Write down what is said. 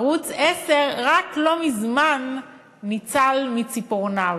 ערוץ 10 רק לא מזמן ניצל מציפורניו,